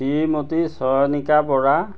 Shrimati Chayanika Bora